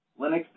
Linux